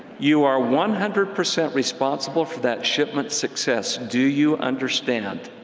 you are one hundred percent responsible for that shipment's success do you understand?